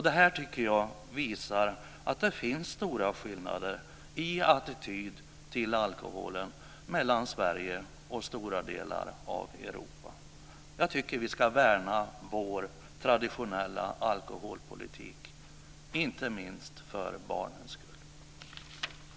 Det visar att det finns stora skillnader i attityd till alkoholen mellan Sverige och stora delar av Europa. Jag tycker att vi ska värna vår traditionella alkoholpolitik, inte minst för barnens skull.